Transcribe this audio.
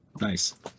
Nice